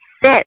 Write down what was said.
sit